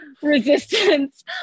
resistance